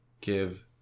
give